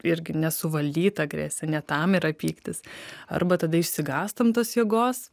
irgi nesuvaldyta agresija ne tam yra pyktis arba tada išsigąstam tos jėgos